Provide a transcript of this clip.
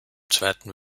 zweiten